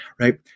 right